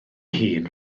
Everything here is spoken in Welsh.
hun